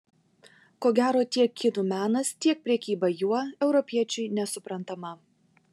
ko gero tiek kinų menas tiek prekyba juo europiečiui nesuprantama